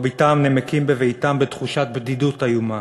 מרביתם נמקים בביתם בתחושת בדידות איומה.